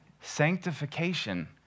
Sanctification